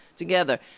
Together